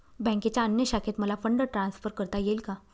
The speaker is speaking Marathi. बँकेच्या अन्य शाखेत मला फंड ट्रान्सफर करता येईल का?